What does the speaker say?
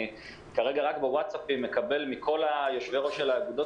אני כרגע רק בווטסאפים מקבל מכל יושבי-הראש של האגודות